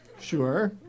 Sure